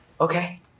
okay